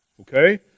Okay